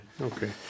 Okay